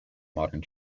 modern